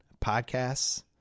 podcasts